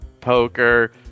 poker